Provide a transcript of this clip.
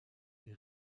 est